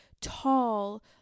tall